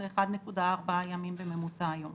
זה 1.4 ימים בממוצע היום.